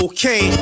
Okay